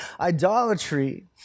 idolatry